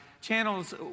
channels